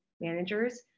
managers